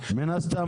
מן הסתם,